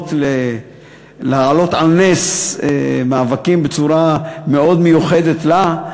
יכולות להעלות על נס מאבקים בצורה מאוד מיוחדת לה,